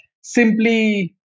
simply